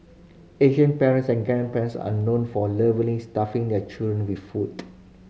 Asian parents and grandparents are known for a lovingly stuffing their children with food